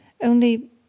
Only